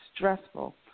Stressful